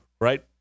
right